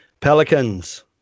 Pelicans